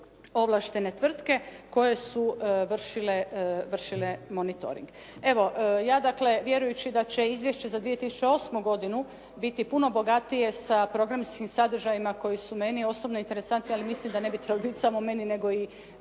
ovlaštene tvrtke koje su vršile monitoring. Evo, ja dakle vjerujući da će izvješće za 2008. godinu biti puno bogatije sa programskim sadržajima koji su meni osobno interesantni, ali mislim da ne bi trebalo biti samo meni, nego i